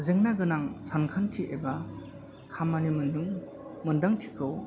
जेंनो गोनां सानखांथि एबा खामानि मोनदां मोनदांथिखौ